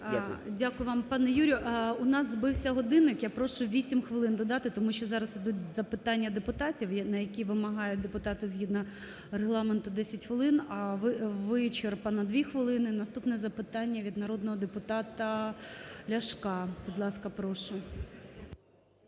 Дякую вам, пане Юрію. У нас збився годинник. Я прошу 8 хвилин додати, тому що зараз йдуть запитання депутатів, на які вимагають депутати згідно Регламенту 10 хвилин, а вичерпано 2 хвилини. Наступне запитання – від народного депутата Ляшка. Будь ласка, прошу.